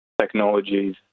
technologies